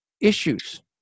issues